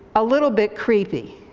a little bit creepy.